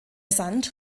sand